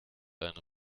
eine